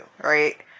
right